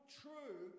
true